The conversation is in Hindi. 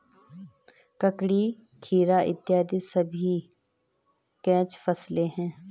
ककड़ी, खीरा इत्यादि सभी कैच फसलें हैं